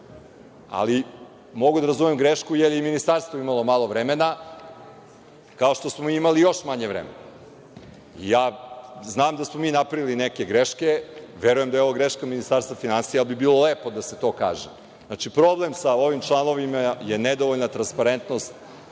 Ali, mogu da razumem grešku, jer je i Ministarstvo imalo malo vremena, kao što smo mi imali još manje vremena. Znam da smo mi napravili neke greške. Verujem da je ovo greška Ministarstva finansija, ali bi bilo lepo da se to kaže. Problem sa ovim članovima je nedovoljna transparentnost.